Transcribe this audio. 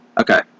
Okay